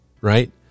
right